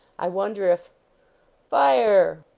i wonder if fire!